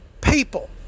people